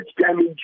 damage